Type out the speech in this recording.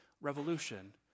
revolution